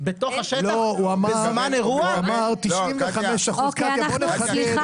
לא, הוא אמר 95%, קטיה בואי נחדד,